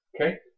Okay